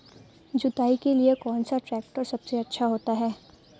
जुताई के लिए कौन सा ट्रैक्टर सबसे अच्छा होता है?